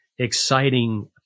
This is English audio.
exciting